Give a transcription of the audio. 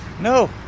no